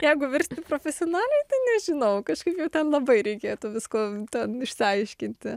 jeigu virsti profesionaliai tai nežinau kažkaip jau ten labai reikėtų visk o ten išsiaiškinti